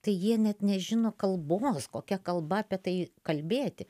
tai jie net nežino kalbos kokia kalba apie tai kalbėti